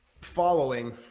following